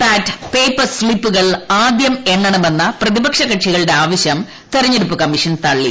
പാറ്റ് paper സ്ലിപ്പുകൾ പൃത് എണ്ണമെന്ന പ്രതിപക്ഷ കക്ഷികളുടെ ആവശ്യം ത്ത്രെഞ്ഞെടുപ്പ് കമ്മീഷൻ തള്ളി